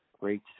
Great